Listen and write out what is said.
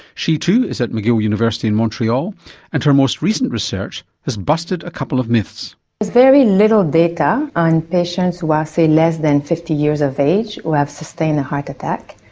she too is at mcgill university in montreal and her most recent research has busted a couple of myths. there's very little data on patients who are, say, less than fifty years of age who have sustained a heart attack.